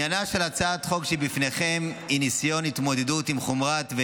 עניינה של הצעת החוק שבפניכם היא ניסיון התמודדות עם חומרתה